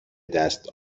دست